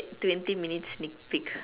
twenty minutes sneak peak